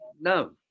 no